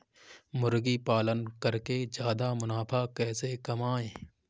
मुर्गी पालन करके ज्यादा मुनाफा कैसे कमाएँ?